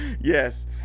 Yes